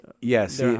yes